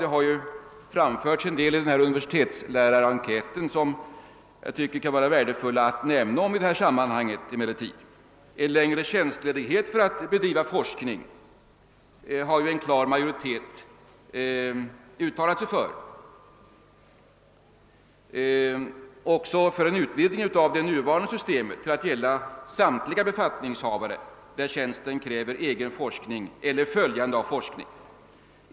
Vid universitetslärarenkäten framkom en del synpunkter som jag tycker kan vara av värde att nämna i detta sammanhang. En klar majoritet har uttalat sig för längre tjänstledighet för att bedriva forskning samt för en utvidgning av det nuvarande systemet till att gälla samtliga befattningshavare med tjänst som kräver egen forskning eller följande av forskning.